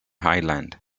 island